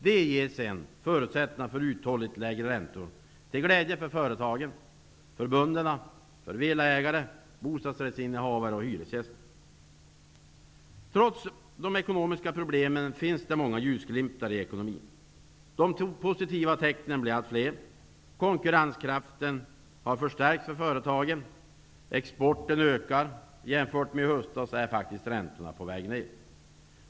Detta ger sedan uthålligt lägre räntor till glädje för företagen, bönderna, villaägarna, bostadsrättsinnehavarna och hyresgästerna. Trots de ekonomiska problemen finns det många ljusglimtar i ekonomin. De positiva tecknen blir allt fler. Företagens konkurrenskraft har förstärkts, exporten ökar och jämfört med situationen i höstas är faktiskt räntorna på väg ner.